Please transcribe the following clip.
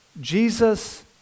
Jesus